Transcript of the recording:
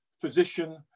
physician